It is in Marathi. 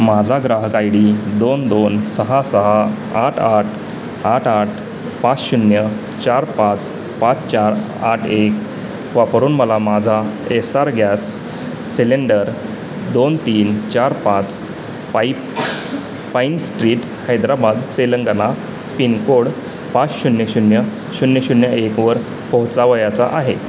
माझा ग्राहक आय डी दोन दोन सहा सहा आठ आठ आठ आठ पाच शून्य चार पाच पाच चार आठ एक वापरून मला माझा एस्सार गॅस सिलेंडर दोन तीन चार पाच pipe pine street Hyderabad Telangana pin code पाच शून्य शून्य शून्य शून्य एकवर पोहोचावयाचा आहे